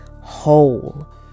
whole